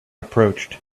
approached